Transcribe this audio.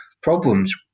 problems